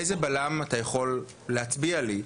איזה בלם אתה יכול להצביע לי,